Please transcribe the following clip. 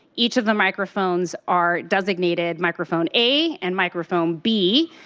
each of the microphones are designated microphone a and microphone b.